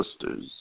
sisters